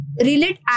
relate